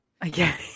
Again